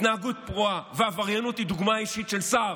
התנהגות פרועה ועבריינות הן דוגמה אישית של שר,